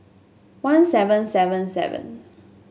one seven seven seven